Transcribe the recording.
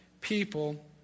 people